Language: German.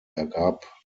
ergab